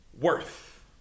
worth